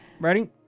ready